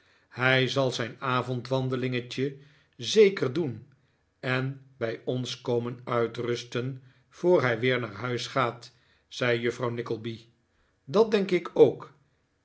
hij zal zijn avondwandelingetje zeker doen en bij ons komen uitrusten voor hij weer naar huis gaat zei juffrxmw nickleby dat denk ik ook